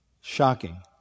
shocking